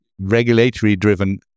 regulatory-driven